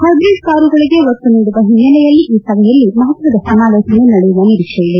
hybrid ಕಾರುಗಳಿಗೆ ಒತ್ತು ನೀಡುವ ಹಿನ್ನೆಲೆಯಲ್ಲಿ ಈ ಸಭೆಯಲ್ಲಿ ಮಹತ್ವದ ಸಮಾಲೋಚನೆ ನಡೆಯುವ ನಿರೀಕ್ಷೆ ಇದೆ